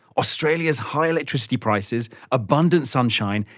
australia's high electricity prices, abundant sunshine,